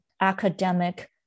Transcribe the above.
academic